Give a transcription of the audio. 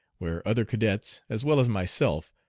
where other cadets, as well as myself,